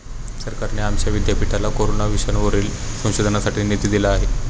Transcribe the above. सरकारने आमच्या विद्यापीठाला कोरोना विषाणूवरील संशोधनासाठी निधी दिला आहे